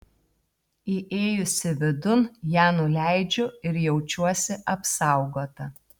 įėjusi vidun ją nuleidžiu ir jaučiuosi apsaugota